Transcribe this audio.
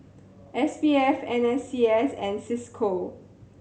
S P F N S C S and Cisco